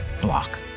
block